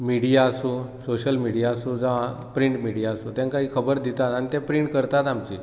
media social media सो जावं print media तेंकाय खबर दिता आनी ते प्रींट करतात आमचें